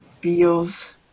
feels